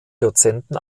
dozenten